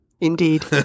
indeed